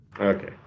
Okay